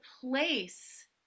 place